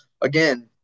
again